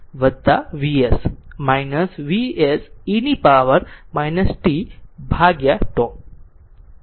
તેથી તે vt Vs v0 Vs e t power t up by છે